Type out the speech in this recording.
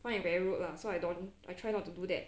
I find it very rude lah so I don't I try not to do that